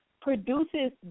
produces